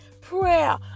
prayer